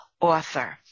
Author